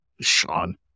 Sean